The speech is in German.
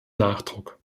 nachdruck